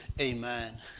Amen